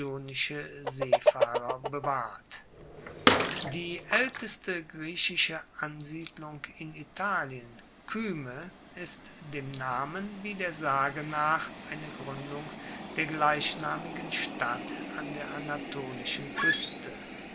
seefahrer bewahrt die aelteste griechische ansiedlung in italien kyme ist dem namen wie der sage nach eine gruendung der gleichnamigen stadt an der anatolischen kueste